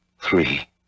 Three